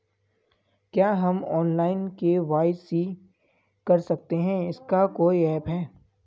क्या हम online KYC कर सकते हैं इसका कोई ऐप है?